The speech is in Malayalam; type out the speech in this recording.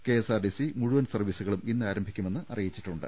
കെഎസ്ആർടിസി മുഴുവൻ സർവീസുകളും ഇന്ന് ആരം ഭിക്കുമെന്ന് അറിയിച്ചിട്ടുണ്ട്